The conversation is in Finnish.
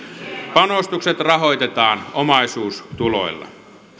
panostukset rahoitetaan omaisuustuloilla